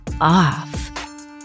off